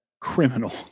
criminal